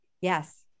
Yes